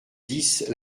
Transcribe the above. dix